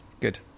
Good